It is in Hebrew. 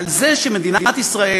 על זה שמדינת ישראל,